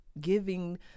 Giving